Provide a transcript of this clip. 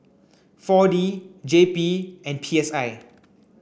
four D J P and P S I